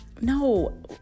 No